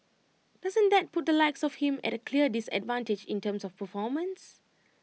doesn't that put the likes of him at A clear disadvantage in terms of performance